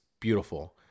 beautiful